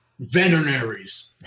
veterinaries